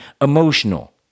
emotional